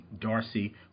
Darcy